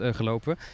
gelopen